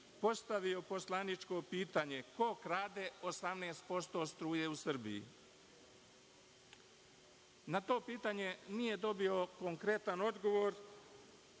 postavio poslaničko pitanje – ko krade 18% struje u Srbiji? Na to pitanje nije dobio konkretan odgovor,